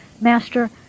Master